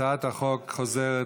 התשע"ח 2018,